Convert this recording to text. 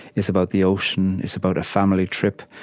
is about the ocean, is about a family trip,